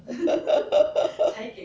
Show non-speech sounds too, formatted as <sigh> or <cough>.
<noise>